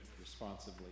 responsibly